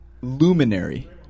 luminary